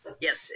Yes